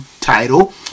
title